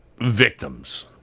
victims